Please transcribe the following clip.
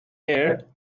air